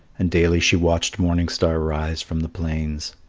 and daily she watched morning star rise from the plains.